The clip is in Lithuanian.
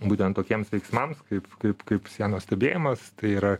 būtent tokiems veiksmams kaip kaip kaip sienos stebėjimas tai yra